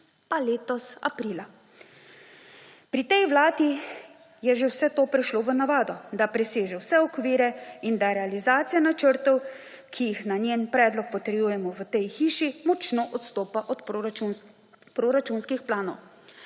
pa letos aprila. Pri tej vladi je vse to prešlo že v navado. Da preseže vse okvire in da realizacija načrtov, ki jih na njen predlog potrjujemo v tej hiši, močno odstopa od proračunskih planov.